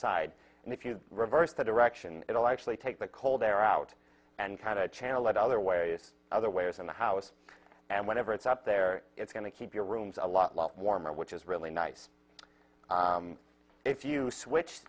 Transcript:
side and if you reverse the direction it will actually take that cold air out and kind of channel what other ways other ways in the house and whenever it's up there it's going to keep your rooms a lot lot warmer which is really nice if you switch